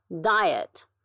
diet